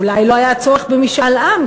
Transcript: אולי לא היה צורך במשאל עם,